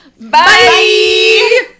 Bye